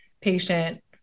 patient